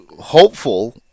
hopeful